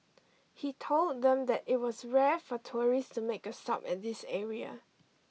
he told them that it was rare for tourists to make a stop at this area